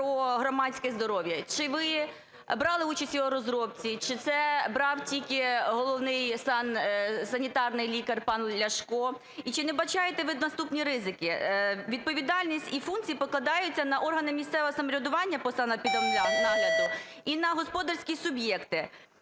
Відповідальність і функції покладаються на органи місцевого самоврядування по санепідемнагляду і на господарські суб'єкти.